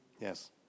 Yes